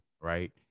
right